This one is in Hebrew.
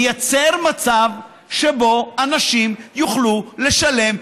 לייצר מצב שבו אנשים יוכלו לשלם,